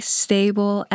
stable